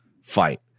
fight